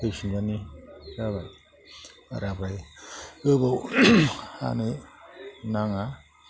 फैफिनबानो जाबाय बाराद्राय गोबाव हानो नाङा